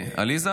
ארי, בבקשה.